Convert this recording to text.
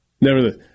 nevertheless